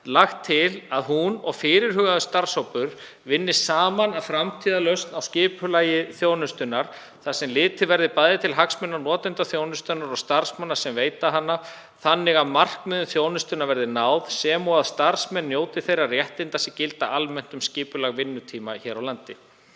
lagt til að hún og fyrirhugaður starfshópur vinni saman að framtíðarlausn á skipulagi þjónustunnar þar sem litið verði bæði til hagsmuna notenda þjónustunnar og starfsmanna sem veita hana þannig að markmiðum þjónustunnar verði náð sem og að starfsmenn njóti þeirra réttinda sem gilda almennt um skipulag vinnutíma hér á landi.